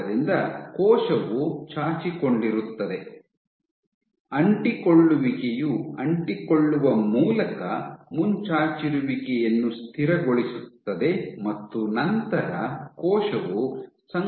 ಆದ್ದರಿಂದ ಕೋಶವು ಚಾಚಿಕೊಂಡಿರುತ್ತದೆ ಅಂಟಿಕೊಳ್ಳುವಿಕೆಯು ಅಂಟಿಕೊಳ್ಳುವ ಮೂಲಕ ಮುಂಚಾಚಿರುವಿಕೆಯನ್ನು ಸ್ಥಿರಗೊಳಿಸುತ್ತದೆ ಮತ್ತು ನಂತರ ಕೋಶವು ಸಂಕುಚಿತಗೊಳ್ಳುತ್ತದೆ